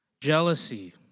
Jealousy